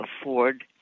afford